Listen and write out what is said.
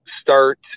start